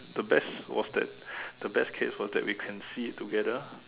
the best was that the best case was that we can see it together